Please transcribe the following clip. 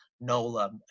NOLA